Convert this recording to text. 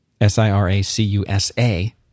S-I-R-A-C-U-S-A